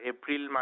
April